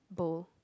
oh